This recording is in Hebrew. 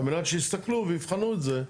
על מנת שיסתכלו ויבחנו את זה.